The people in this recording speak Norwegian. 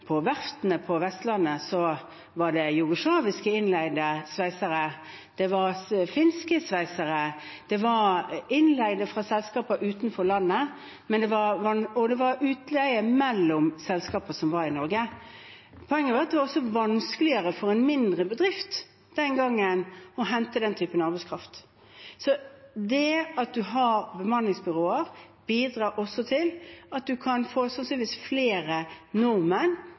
på verftene på Vestlandet var innleid jugoslaviske og finske sveisere. Det var innleide fra utenlandske selskaper, og det var utleie mellom selskaper som var i Norge. Poenget er at det den gang var vanskeligere for en mindre bedrift å hente den typen arbeidskraft. At vi har bemanningsbyråer, bidrar sannsynligvis til at man kan få flere nordmenn i jobb, og til at man får flere